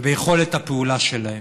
וביכולת הפעולה שלהם.